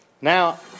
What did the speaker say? Now